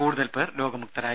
കൂടുതൽ പേർ രോഗമുക്തരായി